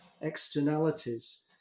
externalities